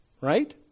Right